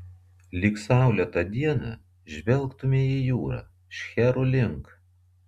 lyg saulėtą dieną žvelgtumei į jūrą šcherų link